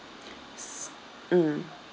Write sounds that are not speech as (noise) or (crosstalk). (breath) s~ mm